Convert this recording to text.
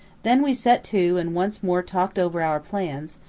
then we set to and once more talked over our plans,